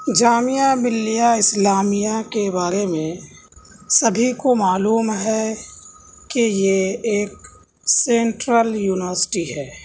جامعہ ملیہ اسلامیہ کے بارے میں سبھی کو معلوم ہے کہ یہ ایک سینٹرل یونیورسٹی ہے